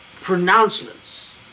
pronouncements